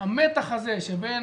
המתח הזה של בין